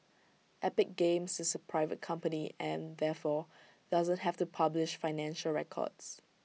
epic games is A private company and therefore doesn't have to publish financial records